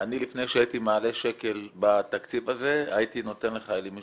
לפני שהייתי מעלה שקל בתקציב הזה הייתי נותן לחיילים משוחררים,